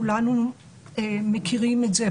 כולנו מכירים את זה,